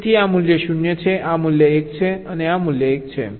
તેથી આ મૂલ્ય 0 છે આ મૂલ્ય 1 છે અને આ મૂલ્ય 1 છે